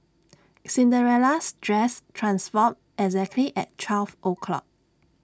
Cinderella's dress transformed exactly at twelve o'clock